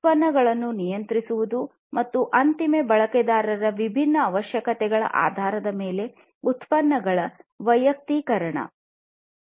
ಉತ್ಪನ್ನಗಳನ್ನು ನಿಯಂತ್ರಿಸುವುದು ಮತ್ತು ಅಂತಿಮ ಬಳಕೆದಾರರ ವಿಭಿನ್ನ ಅವಶ್ಯಕತೆಗಳ ಆಧಾರದ ಮೇಲೆ ಉತ್ಪನ್ನಗಳ ವೈಯಕ್ತೀಕರಣ ಮಾಡುವುದು